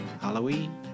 Halloween